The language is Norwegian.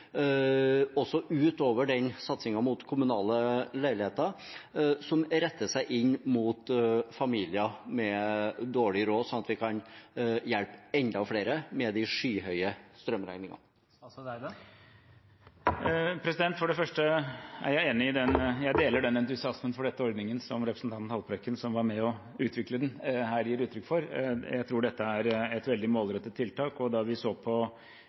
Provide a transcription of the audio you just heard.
også utover den satsingen mot kommunale leiligheter som retter seg inn mot familier med dårlig råd, slik at vi kan hjelpe enda flere med de skyhøye strømregningene? For det første: Jeg deler den entusiasmen for denne ordningen som representanten Haltbrekken, som var med på å utvikle den, her gir uttrykk for. Jeg tror dette er et veldig målrettet tiltak, og da vi så på